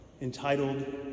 entitled